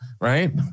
right